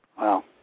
Wow